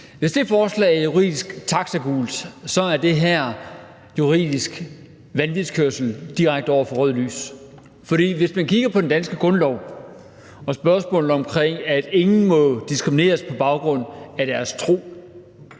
Hvis det forslag er juridisk taxagult, er det her juridisk vanvidskørsel: direkte over for rødt lys. For hvis man kigger på den danske grundlov og spørgsmålet om, at ingen må diskrimineres på baggrund af deres to,